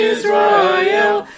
Israel